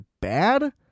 bad